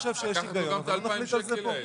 לקחת לו גם את ה-2,000 שקל האלה.